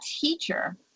teacher